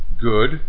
good